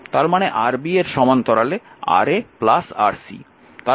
এর মানে Rb এর সমান্তরালে Ra Rc